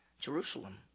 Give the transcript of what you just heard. Jerusalem